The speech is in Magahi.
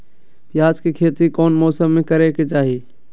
प्याज के खेती कौन मौसम में करे के चाही?